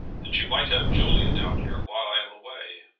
that you might have julia down here while i am away.